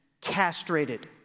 castrated